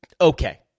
okay